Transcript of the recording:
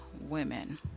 women